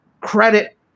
credit